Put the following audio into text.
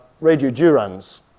radiodurans